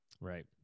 right